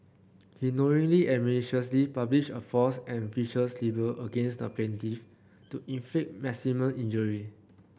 he knowingly and maliciously published a false and vicious libel against the plaintiff to inflict maximum injury